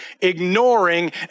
ignoring